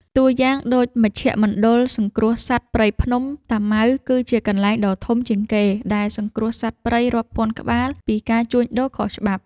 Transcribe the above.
តួយ៉ាងដូច មជ្ឈមណ្ឌលសង្គ្រោះសត្វព្រៃភ្នំតាម៉ៅ គឺជាកន្លែងដ៏ធំជាងគេដែលសង្គ្រោះសត្វព្រៃរាប់ពាន់ក្បាលពីការជួញដូរខុសច្បាប់។